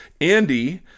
Andy